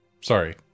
sorry